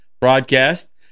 broadcast